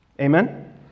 Amen